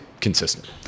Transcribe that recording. consistent